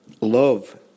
love